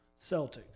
Celtics